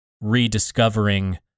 rediscovering